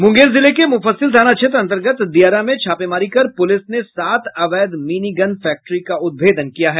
मुंगेर जिले के मुफस्सिल थाना क्षेत्र अन्तर्गत दियारा में छापेमारी कर पुलिस ने सात अवैध मिनी गन फैक्ट्री का उद्भेदन किया है